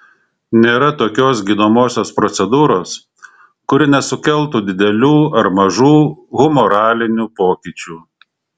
nėra tokios gydomosios procedūros kuri nesukeltų didelių ar mažų humoralinių pokyčių